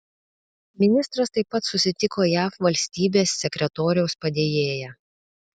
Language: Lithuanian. ministras taip pat susitiko jav valstybės sekretoriaus padėjėja